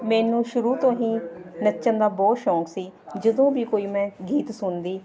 ਮੈਨੂੰ ਸ਼ੁਰੂ ਤੋਂ ਹੀ ਨੱਚਣ ਦਾ ਬਹੁਤ ਸ਼ੌਕ ਸੀ ਜਦੋਂ ਵੀ ਕੋਈ ਮੈਂ ਗੀਤ ਸੁਣਦੀ